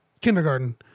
kindergarten